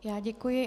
Já děkuji.